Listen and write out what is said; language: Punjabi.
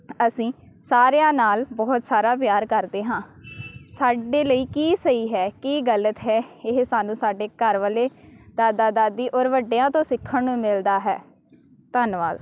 ਅਸੀਂ ਸਾਰਿਆਂ ਨਾਲ ਬਹੁਤ ਸਾਰਾ ਪਿਆਰ ਕਰਦੇ ਹਾਂ ਸਾਡੇ ਲਈ ਕੀ ਸਹੀ ਹੈ ਕੀ ਗਲਤ ਹੈ ਇਹ ਸਾਨੂੰ ਸਾਡੇ ਘਰਵਾਲੇ ਦਾਦਾ ਦਾਦੀ ਔਰ ਵੱਡਿਆਂ ਤੋਂ ਸਿੱਖਣ ਨੂੰ ਮਿਲਦਾ ਹੈ ਧੰਨਵਾਦ